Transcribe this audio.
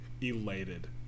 elated